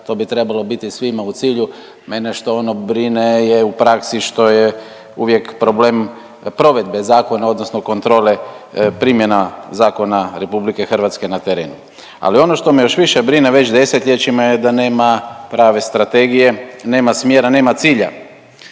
to bi trebalo biti svima u cilju. Mene što ono brine je u praksi što je uvijek problem provedbe zakona odnosno kontrole primjena zakona RH na terenu. Ali ono što me još više brine već desetljećima je da nema prave strategije, nama smjera, nema cilja.